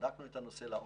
ובדקנו את הנושא לעומק.